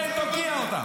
כן, תוקיע אותם.